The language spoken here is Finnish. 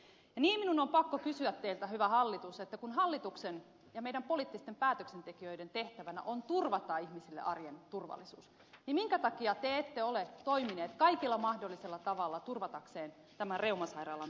ja niin minun on pakko kysyä teiltä hyvä hallitus että kun hallituksen ja meidän poliittisten päätöksentekijöiden tehtävänä on turvata ihmisille arjen turvallisuus niin minkä takia te ette ole toimineet kaikilla mahdollisilla tavoilla turvataksenne tämän reumasairaalan toiminnan